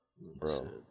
Bro